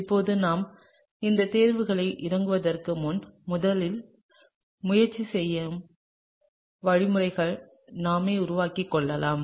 இப்போது நாம் இந்த தேர்வுகளில் இறங்குவதற்கு முன் முதலில் முயற்சி செய்து வழிமுறைகளை நாமே உருவாக்கிக் கொள்ளலாம்